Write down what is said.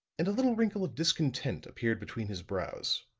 and a little wrinkle of discontent appeared between his brows.